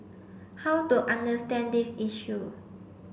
how to understand this issue